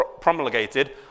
promulgated